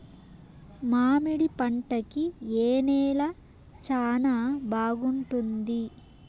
మామిడి పంట కి ఏ నేల చానా బాగుంటుంది